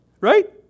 right